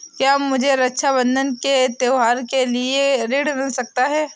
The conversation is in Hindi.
क्या मुझे रक्षाबंधन के त्योहार के लिए ऋण मिल सकता है?